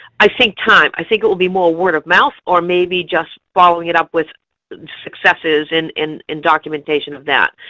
i think time, i think it will be more word of mouth or maybe just following it up with successes and and documentation of that,